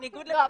לא,